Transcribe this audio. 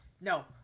no